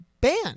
banned